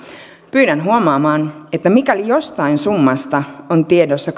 pyydän huomaamaan että mikäli jostain summasta on tiedossa